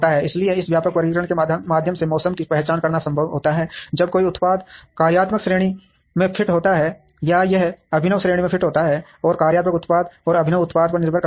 इसलिए इस व्यापक वर्गीकरण के माध्यम से मौसम की पहचान करना संभव होता है जब कोई उत्पाद कार्यात्मक श्रेणी में फिट होता है या यह अभिनव श्रेणी में फिट होता है और कार्यात्मक उत्पाद और अभिनव उत्पाद पर निर्भर करता है